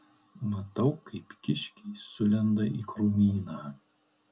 matau kaip kiškiai sulenda į krūmyną